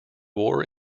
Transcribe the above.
war